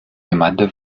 gemeinde